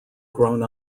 grown